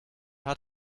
hat